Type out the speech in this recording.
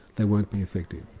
they won't be effective.